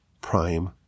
prime